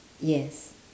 yes